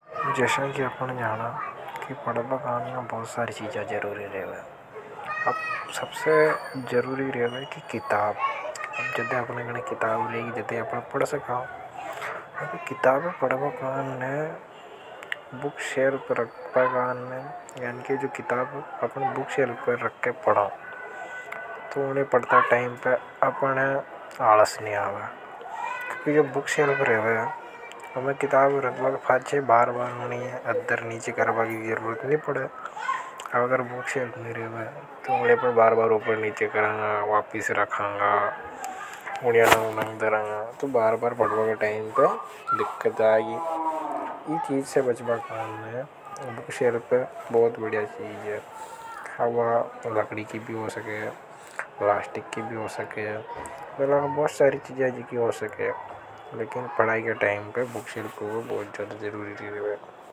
जैसा कि आपने जाना कि पढ़बा कान में बहुत सारी चीजा जरूरी रेवे। अब सबसे जरूरी रेवे कि किताबअब सबसे जरूरी रेवे किताब। जदे आपने किताब लेकिन जदे आपने पढ़ा सकाओ। किताब पढ़बा कान बुक शेल पर रख पर कान में। यानिके जो किताब अपने बुक सेल्फ पर रखके पढ़ाओ। तो उन्हें पढ़ता टाइम पर अपने आलस नहीं आवा। क्योंकि जो बुक्सेल्फ रेवे। उन्हें किताब रखबा का फाच्चे बार-बार उन्हें अधर नीचे करबा की विर्वरत नहीं पढ़ा। अगर बुक्सेल्फ नहीं रहा है। तो उन्हें पढ़ बार-बार ऊपर नीचे करवा वापिस रख। उन्हें अधर नहीं अधर तो बार-बार फटवा के टाइम पर दिक्कत आगी। यह चीज से बचबा करना है। बुक्सेल्फ पर बहुत बढया चीज है। वा लकड़ी की भी हो सके। एलास्टिक की भी हो सके। बहुत सारी की हो सके। लेकिन पढ़ाई के टाइम पर बुक्सेल्फ को बहुत ज्यादा जरूरी रही है।